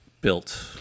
built